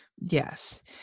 yes